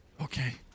Okay